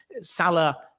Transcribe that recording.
Salah